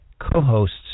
co-hosts